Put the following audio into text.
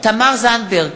תמר זנדברג,